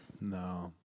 No